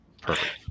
perfect